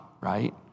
right